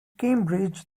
cambridge